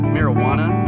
Marijuana